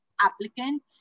applicant